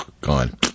gone